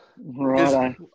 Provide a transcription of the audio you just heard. Right